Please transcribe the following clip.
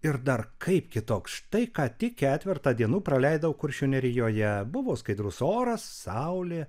ir dar kaip kitoks štai ką tik ketvertą dienų praleidau kuršių nerijoje buvo skaidrus oras saulė